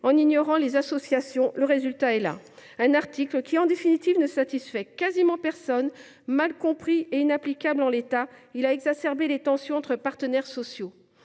en ignorant les associations, le résultat est là : un article qui, en définitive, ne satisfait quasiment personne et est mal compris et inapplicable en l’état. L’article 39 a exacerbé les tensions entre partenaires sociaux.